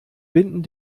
binden